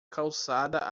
calçada